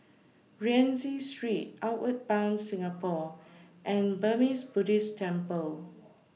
Rienzi Street Outward Bound Singapore and Burmese Buddhist Temple